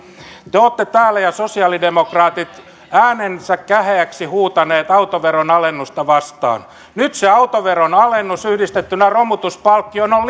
te ja sosialidemokraatit olette täällä äänenne käheäksi huutaneet autoveron alennusta vastaan nyt se autoveron alennus yhdistettynä romutuspalkkioon on